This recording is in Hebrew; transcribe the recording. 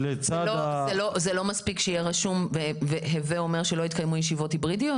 זה לא מספיק שיהיה רשום שזה אומר שלא יתקיימו ישיבות היברידיות?